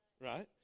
right